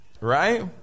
Right